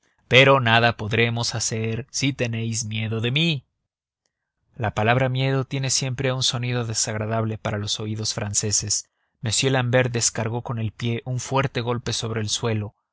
pero nada podremos hacer si tenéis miedo de mí la palabra miedo tiene siempre un sonido desagradable para los oídos franceses m l'ambert descargó con el pie un fuerte golpe sobre el suelo